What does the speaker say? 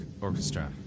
orchestra